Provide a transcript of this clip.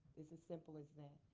it's as simple as that.